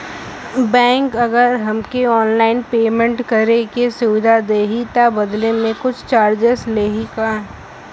Bank अगर हमके online payment करे के सुविधा देही त बदले में कुछ चार्जेस लेही का?